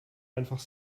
einfach